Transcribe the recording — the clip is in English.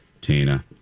Tina